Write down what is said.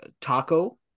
taco